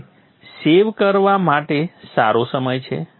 તેથી સેવ કરવા માટે સારો સમય છે